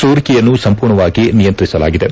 ಸೋರಿಕೆಯನ್ನು ಸಂಪೂರ್ಣವಾಗಿ ನಿಯಂತ್ರಿಸಲಾಗಿದೆ